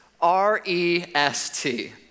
R-E-S-T